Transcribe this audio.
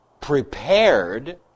Prepared